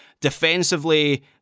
defensively